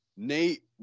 Nate